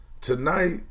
tonight